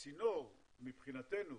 הצינור, מבחינתנו,